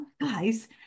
guys